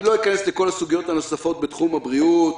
לא אכנס לכל הסוגיות הנוספות בתחום הבריאות,